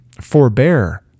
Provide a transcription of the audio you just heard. Forbear